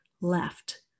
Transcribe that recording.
left